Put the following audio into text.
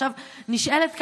עכשיו נשאלת השאלה,